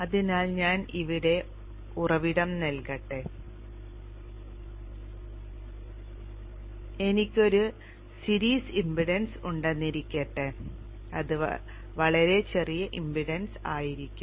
അതിനാൽ ഞാൻ ഇവിടെ ഉറവിടം നൽകട്ടെ എനിക്ക് ഒരു സീരീസ് ഇംപെഡൻസ് ഉണ്ടെന്നിരിക്കട്ടെ ഇത് വളരെ ചെറിയ ഇംപെഡൻസ് ആയിരിക്കും